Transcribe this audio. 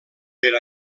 per